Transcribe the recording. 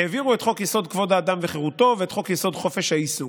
העבירו את חוק-יסוד: כבוד האדם וחירותו וחוק-יסוד: חופש העיסוק.